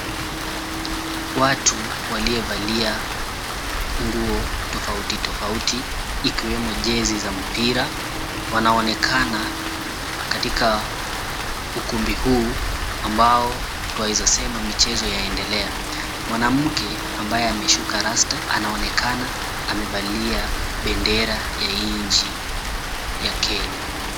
Watu waliovalia nguo tofauti tofauti ikiwemo jezi za mpira wanaonekana katika ukumbi huu ambao tweaweza michezo inaendelea, mwanamke ambaye amesuka rasta anaonekana amevalia bendera ya nchi ya Kenya.